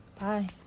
Bye